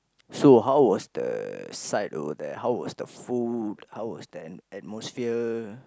so how was the sight over there how was the food how was the at~ atmosphere